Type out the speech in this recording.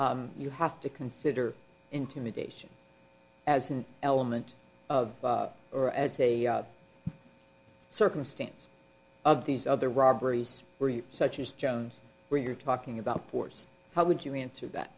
so you have to consider intimidation as an element of or as a circumstance of these other robberies where you such as jones where you're talking about course how would you answer that